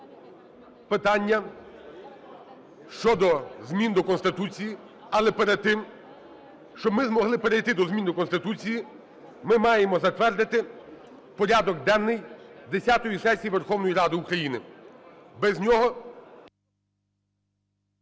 питання щодо змін до Конституції. Але перед тим, щоб ми змогли перейти до змін до Конституції, ми маємо затвердити порядок денний десятої сесії Верховної Ради України. Без нього...